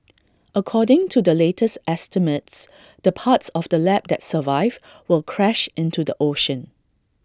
according to the latest estimates the parts of the lab that survive will crash into the ocean